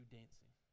dancing